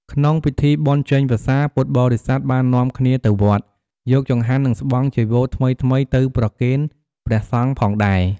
ក្នុងពិធីបុណ្យចេញវស្សា ពុទ្ធបរិស័ទបាននាំគ្នាទៅវត្ត យកចង្ហាន់និងស្បង់ចីវរថ្មីៗទៅប្រគេនព្រះសង្ឃផងដែរ។